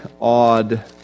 odd